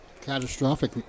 Catastrophic